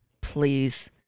Please